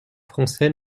français